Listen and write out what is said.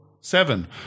seven